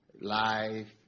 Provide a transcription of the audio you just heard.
life